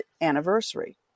anniversary